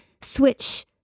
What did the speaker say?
switch